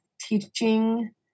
teaching